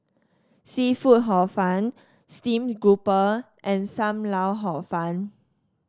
seafood Hor Fun Steamed Grouper and Sam Lau Hor Fun